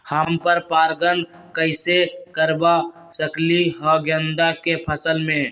हम पर पारगन कैसे करवा सकली ह गेंदा के फसल में?